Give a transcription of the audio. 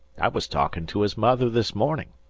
i was talking to his mother this morning.